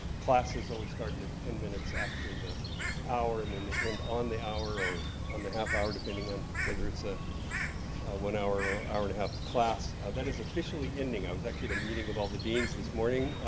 classes always started at ten minutes after the hour, and then they end on the hour, or on the half hour, depending on whether it's a one hour or hour and half class. that is officially ending. i was actually at a meeting with all the deans this morning.